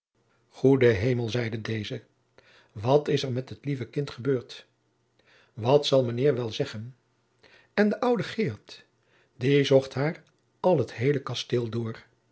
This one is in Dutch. goede hemel zeide deze wat is er met het lieve kind gebeurd wat zal mijnheer wel zeggen en de oude geert die zocht haar al het heele kasteel door